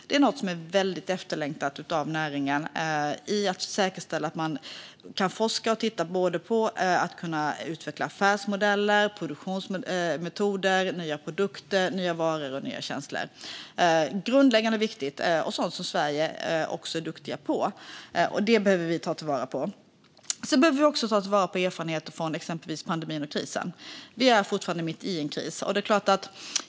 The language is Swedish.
Det är väldigt efterlängtat av näringen att det säkerställs att man kan forska och titta på att utveckla affärsmodeller, produktionsmetoder, nya produkter, nya varor och nya tjänster. Det är grundläggande viktigt och sådant som Sverige är duktigt på. Det behöver vi ta vara på. Vi behöver också ta vara på erfarenheter från exempelvis pandemin och krisen. Vi är fortfarande mitt i en kris.